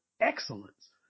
excellence